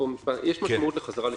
לחזרה לשגרה.